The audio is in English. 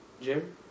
Jim